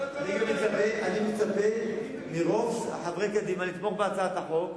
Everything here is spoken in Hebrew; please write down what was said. אני גם מצפה מרוב חברי קדימה לתמוך בהצעת החוק.